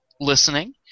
listening